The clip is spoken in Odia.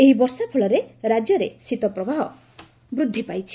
ଏହି ବର୍ଷା ଫଳରେ ରାଜ୍ୟରେ ଶୀତ ପ୍ରବାହ ବୃଦ୍ଧି ପାଇଛି